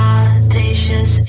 Audacious